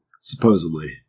Supposedly